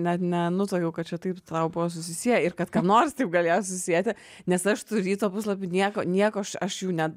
net nenutuokiau kad čia taip tau buvo susisieje ir kad kam nors taip galėjo susieti nes aš tų ryto puslapių nieko nieko aš aš jų net